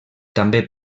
també